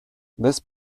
this